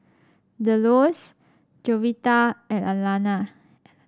Delos Jovita and Alana